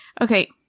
Okay